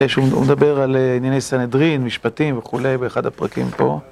הוא מדבר על ענייני סנדהרין, משפטים וכולי באחד הפרקים פה